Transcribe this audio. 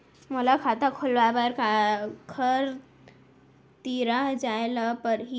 मोला खाता खोलवाय बर काखर तिरा जाय ल परही?